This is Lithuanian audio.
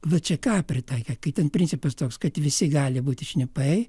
včk pritaikė kai ten principas toks kad visi gali būti šnipai